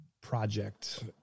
project